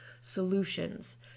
solutions